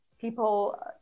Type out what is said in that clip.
people